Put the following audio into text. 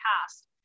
past